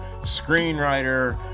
screenwriter